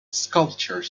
sculpture